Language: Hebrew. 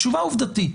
תשובה עובדתית.